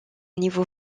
niveau